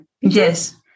Yes